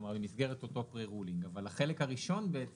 כלומר במסגרת אותו פרה-רולינג, אבל החלק הראשון של